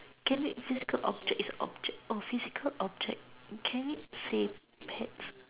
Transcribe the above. can wait physical object is object oh physical object can it say pets